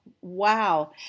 Wow